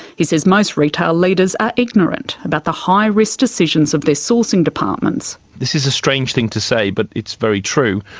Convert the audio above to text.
he says most retail leaders are ignorant about the high risk decisions of their sourcing departments. this is a strange thing to say but it's very true,